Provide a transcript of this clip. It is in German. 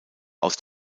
aus